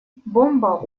бомба